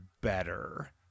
better